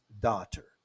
daughter